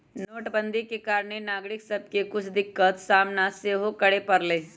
नोटबन्दि के कारणे नागरिक सभके के कुछ दिक्कत सामना सेहो करए परलइ